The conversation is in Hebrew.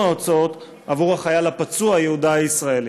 ההוצאות עבור החייל הפצוע יהודה הישראלי?